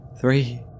Three